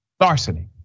larceny